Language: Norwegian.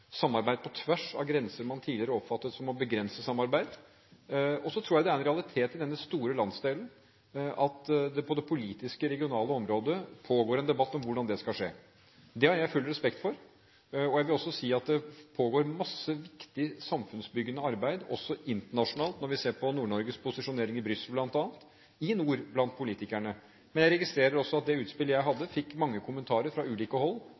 samarbeid på tvers av grenser som man tidligere oppfattet begrenset samarbeid. Jeg tror det er en realitet i denne store landsdelen at det på det politiske, regionale området pågår en debatt om hvordan dette skal skje. Det har jeg full respekt for. Jeg vil si at det pågår mye viktig, samfunnsbyggende arbeid også internasjonalt – når vi bl.a. ser på Nord-Norges posisjonering i Brussel – blant politikerne i nord. Jeg registrerer at det utspillet jeg hadde, fikk mange kommentarer fra ulike hold